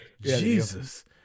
Jesus